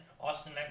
Austin